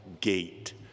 Gate